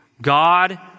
God